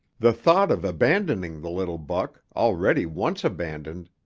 the thought of abandoning the little buck, already once abandoned,